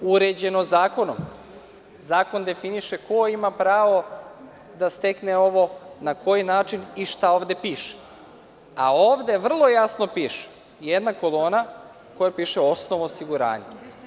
Uređeno zakonom, zakon definiše ko ima pravo da stekne ovo na koji način i šta ovde piše, a ovde vrlo jasno piše, jedna kolona u kojoj piše – osnov osiguranja.